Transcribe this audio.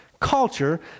culture